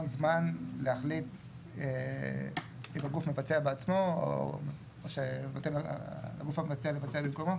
זמן להחליט אם הגוף מבצע בעצמו או שנותן לגוף המבצע לבצע במקומו.